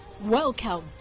Welcome